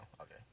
okay